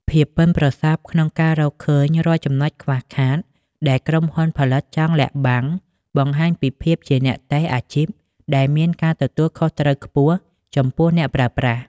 ភាពប៉ិនប្រសប់ក្នុងការរកឃើញរាល់ចំណុចខ្វះខាតដែលក្រុមហ៊ុនផលិតចង់លាក់បាំង បង្ហាញពីភាពជាអ្នកតេស្តអាជីពដែលមានការទទួលខុសត្រូវខ្ពស់ចំពោះអ្នកប្រើប្រាស់។